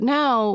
now